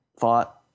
thought